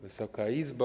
Wysoka Izbo!